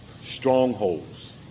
strongholds